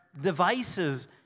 devices